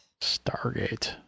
stargate